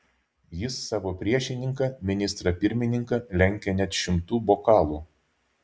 jis savo priešininką ministrą pirmininką lenkia net šimtu bokalų